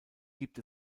gibt